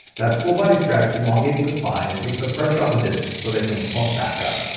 that full body stretch elongates the spine and takes the pressure of the discs so they can plump back up.